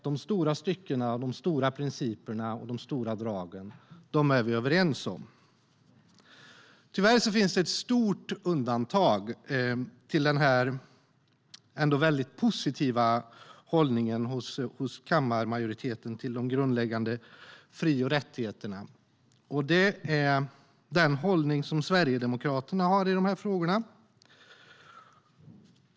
De stora styckena, de stora principerna och de stora dragen är vi överens om. Tyvärr finns det ett stort undantag till den här mycket positiva hållningen hos kammarmajoriteten till de grundläggande fri och rättigheterna, och det är den hållning som Sverigedemokraterna har i dessa frågor.